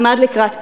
עמד לקראת פינוי.